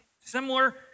similar